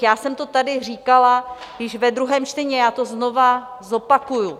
Já jsem to tady říkala již ve druhém čtení a já to znovu zopakuju.